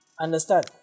understand